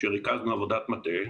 שריכזנו עבודת מטה,